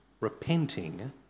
repenting